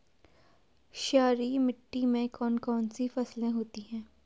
क्षारीय मिट्टी में कौन कौन सी फसलें होती हैं?